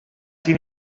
sin